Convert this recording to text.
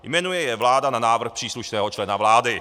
Jmenuje je vláda na návrh příslušného člena vlády.